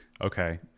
okay